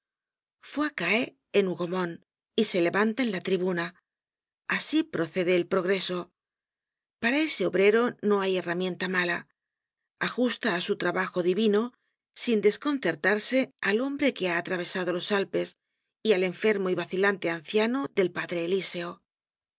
soldado foy cae en hougomont y se levanta en la tribuna asi procede el progreso para ese obrero no hay herramienta mala ajusta á su trabajo divino sin desconcertarse al hombre que ha atravesado los alpes y al enfermo y vacilante anciano del padre elíseo